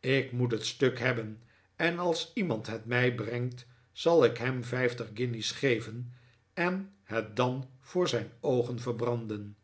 ik moet het stuk hebben en als iemand het mij brengt zal ik hem vijftig guinjes geven en het dan voor zijn oogen verbranden